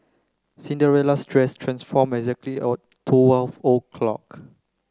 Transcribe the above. Cinderella's dress transformed exactly at